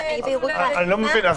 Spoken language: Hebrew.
אני לא מבין,